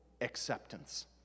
acceptance